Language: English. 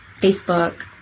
Facebook